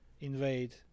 invade